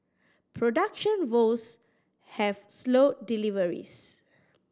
production woes have slowed deliveries